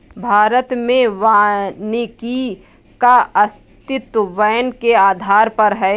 भारत में वानिकी का अस्तित्व वैन के आधार पर है